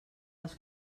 les